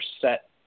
set